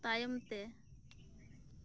ᱛᱟᱭᱚᱢ ᱛᱮ